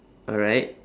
alright